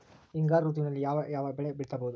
ಹಿಂಗಾರು ಋತುವಿನಲ್ಲಿ ಯಾವ ಯಾವ ಬೆಳೆ ಬಿತ್ತಬಹುದು?